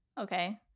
Okay